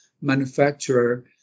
manufacturer